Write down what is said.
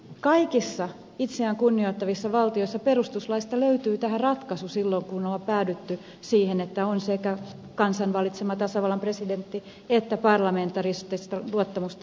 kaikissa itseään kunnioittavissa valtioissa perustuslaista löytyy tähän ratkaisu silloin kun on päädytty siihen että on sekä kansan valitsema tasavallan presidentti että parlamentaarista luottamusta nauttiva hallitus